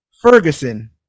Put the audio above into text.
Ferguson